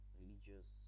religious